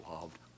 loved